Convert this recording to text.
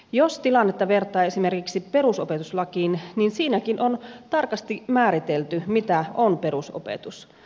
jos tilannetta vertaa esimerkiksi perusopetuslakiin niin siinäkin on tarkasti määritelty mitä on perusopetus